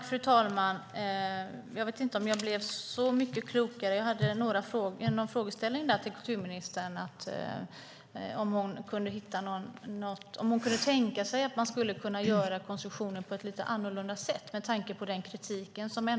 Fru talman! Jag blev inte så mycket klokare. Jag frågade kulturministern om hon kan tänka sig att göra konstruktionen annorlunda med tanke på kritiken.